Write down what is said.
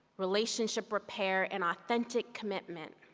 relationship repair and authentic commitment.